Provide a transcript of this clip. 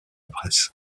presse